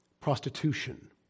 prostitution